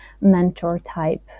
mentor-type